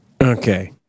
Okay